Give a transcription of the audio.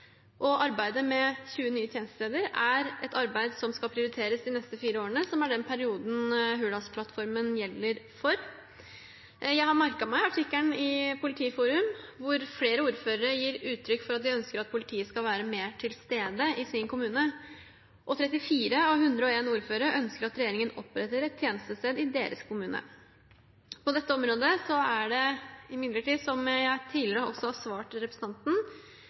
Arbeidet med 20 nye tjenestesteder er et arbeid som skal prioriteres de neste fire årene, som er den perioden Hurdalsplattformen gjelder for. Jeg har merket meg artikkelen i Politiforum hvor flere ordførere gir uttrykk for at de ønsker at politiet skal være mer til stede i deres kommune, og 34 av 101 ordførere ønsker at regjeringen oppretter et tjenestested i deres kommune. På dette området er det imidlertid, som jeg tidligere også har svart representanten,